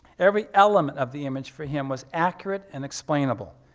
every element of the image for him was accurate and explainable,